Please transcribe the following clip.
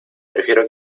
prefiero